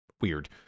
weird